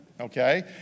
okay